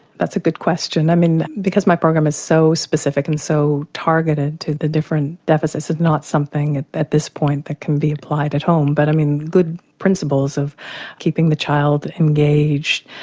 that's a good question. i mean because my program is so specific and so targeted to the different deficits, it's not something at this point that can be applied at home. but i mean good principles of keeping the child engaged,